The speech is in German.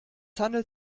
handelt